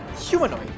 Humanoid